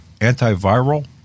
antiviral